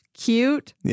Cute